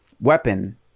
weapon